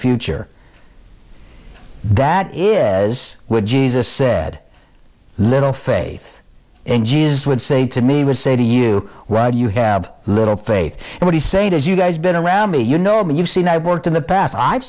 future that is where jesus said little faith in jesus would say to me would say to you why do you have little faith in what he say it is you guys been around me you know me you've seen i've worked in the past i've